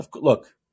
Look